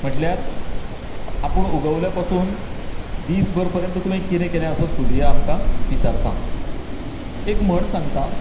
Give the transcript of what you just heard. म्हटल्यार आपूण उगवल्या पासून दिसभर पर्यंत तुवें कितें केलें असो सुर्या आमकां विचारता एक म्हण सांगतां